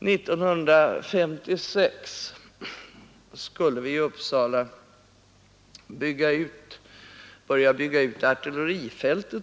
År 1956 skulle vi i Uppsala börja bygga ett bostadsområde på Artillerifältet.